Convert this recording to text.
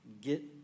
get